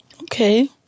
Okay